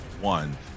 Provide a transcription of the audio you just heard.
one